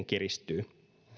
kiristyy